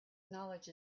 knowledge